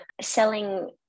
selling